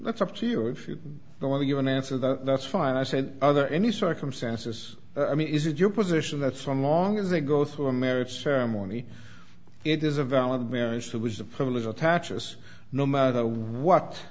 that's up to you if you don't want to give an answer that's fine i said other any circumstances i mean is it your position that's on long as they go through a marriage ceremony it is a valid marriage that was a privilege attaches no matter what